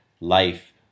life